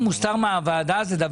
אם משהו מוסתר זה גובל